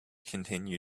continue